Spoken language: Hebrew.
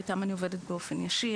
איתם אני עובדת באופן ישיר.